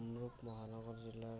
কামৰূপ মহানগৰ জিলাৰ